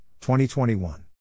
2021